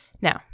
Now